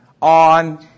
on